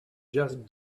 just